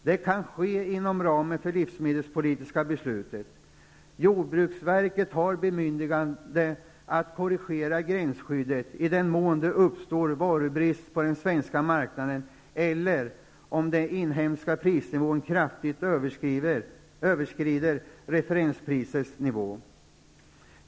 Detta kan ske inom ramen för det livsmedelspolitiska beslutet. Jordbruksverket har bemyndigande att korrigera gränsskyddet i den mån det uppstår varubrist på den svenska marknaden eller om den inhemska prisnivån kraftigt överskrider referensprisets nivå.